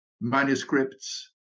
manuscripts